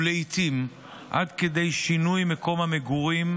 לעיתים עד כדי שינוי מקום המגורים,